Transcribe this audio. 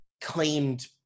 claimed